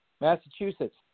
Massachusetts